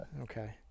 Okay